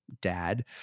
dad